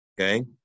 Okay